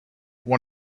one